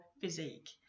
physique